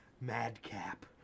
Madcap